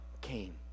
came